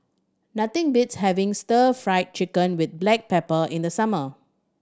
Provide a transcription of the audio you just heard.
nothing beats having Stir Fry Chicken with black pepper in the summer